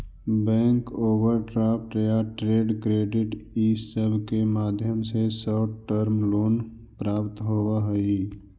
bank overdraft या trade credit इ सब के माध्यम से शॉर्ट टर्म लोन प्राप्त होवऽ हई